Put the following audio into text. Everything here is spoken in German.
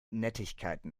nettigkeiten